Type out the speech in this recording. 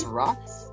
rocks